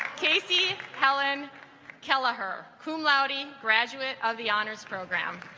casey helen keller her cum laude and graduate of the honors program